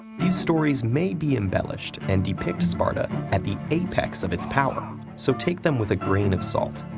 these stories may be embellished and depict sparta at the apex of its power, so take them with a grain of salt.